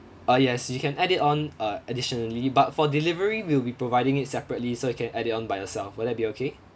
uh yes you can add it on uh additionally but for delivery we'll be providing it separately so you can add it on by yourself will that be okay